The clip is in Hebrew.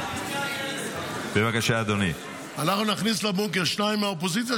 --- אנחנו נכניס לבונקר שניים מהאופוזיציה,